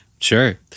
Sure